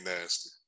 nasty